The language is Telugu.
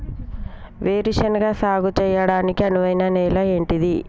వేరు శనగ సాగు చేయడానికి అనువైన నేల ఏంటిది?